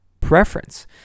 preference